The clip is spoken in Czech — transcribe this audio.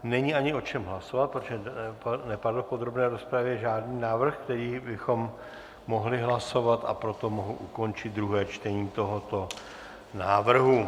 Není ani o čem hlasovat, protože nepadl v podrobné rozpravě žádný návrh, který bychom mohli hlasovat, a proto mohu ukončit druhé čtení tohoto návrhu.